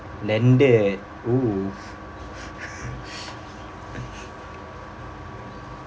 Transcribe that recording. landed oo